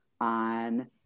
on